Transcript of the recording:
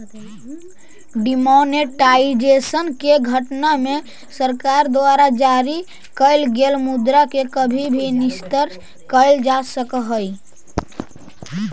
demonetisation के घटना में सरकार द्वारा जारी कैल गेल मुद्रा के कभी भी निरस्त कैल जा सकऽ हई